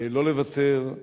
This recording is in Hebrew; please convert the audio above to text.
לא לוותר,